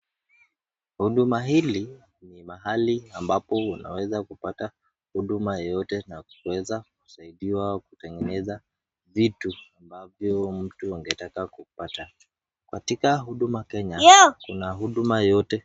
Huduma hili ni mahali ambapo unaweza kupata huduma yeyote na kuweza kusaidiwa kutengeneza vitu ambavyo mtu angetaka kupata. Katika huduma Kenya kuna huduma yote.